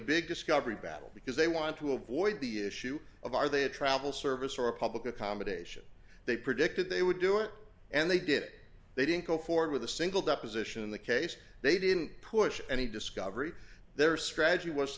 big discovery battle because they want to avoid the issue of are they a travel service or a public accommodation they predicted they would do it and they did it they didn't go forward with a single deposition in the case they didn't push any discovery their strategy was t